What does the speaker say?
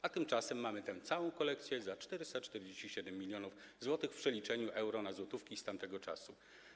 A tymczasem mamy tę całą kolekcję za 447 mln zł w przeliczeniu euro na złotówki z tamtego czasu.